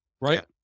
right